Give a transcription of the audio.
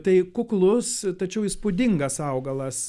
tai kuklus tačiau įspūdingas augalas